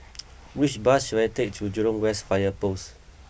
which bus should I take to Jurong West Fire Post